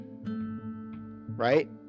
Right